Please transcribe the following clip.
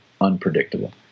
unpredictable